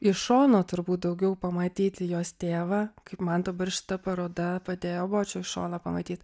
iš šono turbūt daugiau pamatyti jos tėvą kaip man dabar šita paroda padėjo bočių iš šono pamatyt